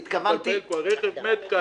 אין יותר הטבות לרכב.